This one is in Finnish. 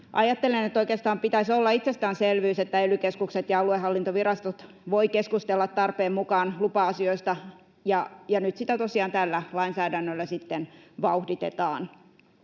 Ajattelen, että oikeastaan pitäisi olla itsestäänselvyys, että ely-keskukset ja aluehallintovirastot voivat keskustella tarpeen mukaan lupa-asioista, ja nyt sitä tosiaan tällä lainsäädännöllä sitten vauhditetaan.